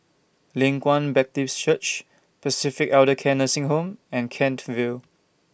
Leng Kwang Baptive Church Pacific Elder Care Nursing Home and Kent Vale